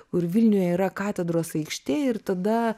kur vilniuje yra katedros aikštė ir tada